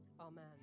Amen